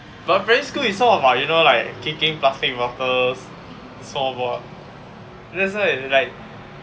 for primary school it's sort of like you know like kicking plastic bottles small boy that's why like